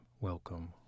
welcome